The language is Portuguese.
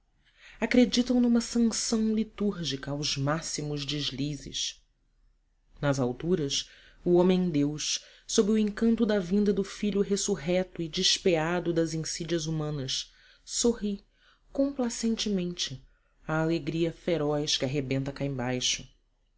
acreditam numa sanção litúrgica aos máximos deslizes nas alturas o homem deus sob o encanto da vinda do filho ressurreto e despeado das insídias humanas sorri complacentemente à alegria feroz que arrebenta cá embaixo